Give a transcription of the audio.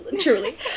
truly